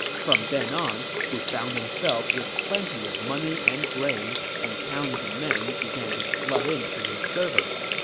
from then on, he found himself with plenty of money and grain, and talented men began to flood into his service.